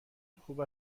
خوب